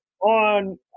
on